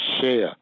share